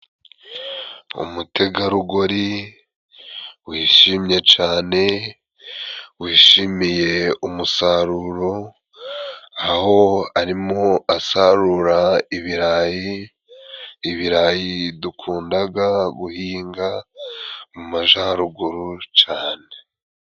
Umutegarugori wishimye cane， wishimiye umusaruro，aho arimo asarura ibirayi， ibirayi dukundaga guhinga mu majaruguru cane.